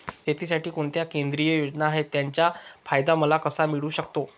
शेतीसाठी कोणत्या केंद्रिय योजना आहेत, त्याचा फायदा मला कसा मिळू शकतो?